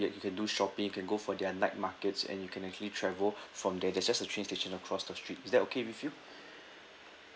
you you can do shopping can go for their night markets and you can actually travel from there there's just a train station across the street is that okay with you